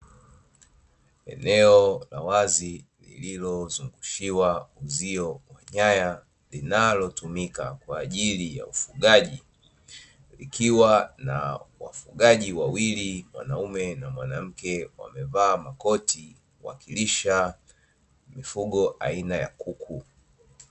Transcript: Eneo la wazi liliozungushiwa uzio wa nyaya linalotumika kwa ajili ya ufugaji, likiwa na wafugaji wawili (mwanamke na mwanaume) wamevaa makoti wakilisha mifugo aina ya kuku.